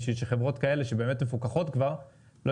בשביל שחברות כאלה שבאמת מפוקחות כבר לא